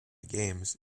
games